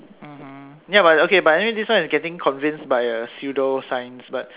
mmhmm ya but okay but anyway this one is getting convinced by a pseudo science but